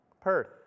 Perth